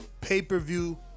pay-per-view